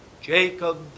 Jacob